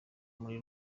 muri